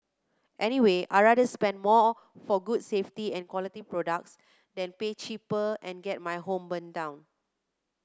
anyway I'd rather spend more for good safety and quality products than pay cheaper and get my home burnt down